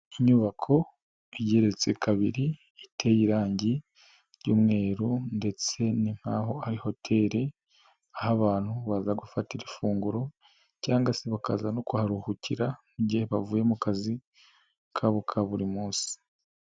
Inyubako igeretse kabiri iteye irangi ry'umweru ndetse ni nk'aho ari hoteli aho abantu baza gufatira ifunguro cyangwa se bakaza no kuharuhukira mu gihe bavuye mu kazi kabo ka buri munsi.